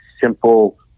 simple